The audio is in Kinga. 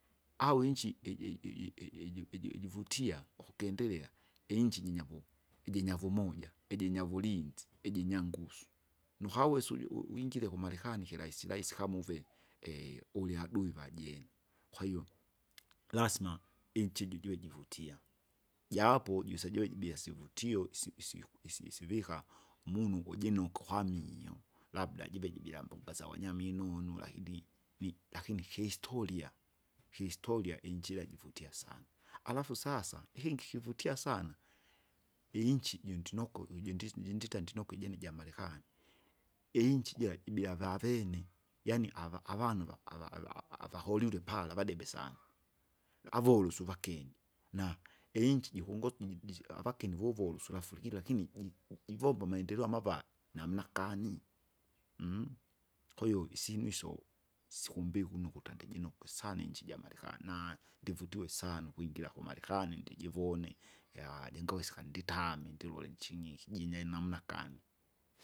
Au iinchi iji- iji- iji- iji- iji- iji- iji- ijivutia, ukukindilila iinchi jinyavo, ijinyavumoja, ijinyavulinzi, ijinyangusu. Nukawese uju- u- uwingire kumarekani kirahisi rahisi kama uve iliadui vajeni. Kwahiyo, lasma iinchi iji jojivutia, jaapo juise joiji bia sivutio isi- isiuk- isi- isivika, umunu ukujine ukuhamie, labda jive jijira mbunga zawanyama inunu lakini vi- lakini kihistoria, kihistoria iinchi ila jivutia sana. Alafu sasa ikingi kivutia sana iichi jundinuku ujundi- njindita ndinokwa ijene jamarekani. Iinchi jira jibia avavene, yani ava- avanu- va- ava- ava- ava- avakoliule vadebe sana, avolusi vakine, na iinchi jikungoso iji- jise- avageni vuvolusi alafu liki lakini ji- jivomba amaendeleo amava, namna gani, kwahiyo isyonu isyo sikumbika une une ukuta andijinokwe iichi jamarekani, na ndivutiwe sana ukwingira kumarekani ndijivone, jinawesekana nditame ndilule inchinyiki, jinye namna gani.